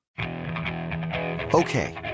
Okay